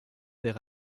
der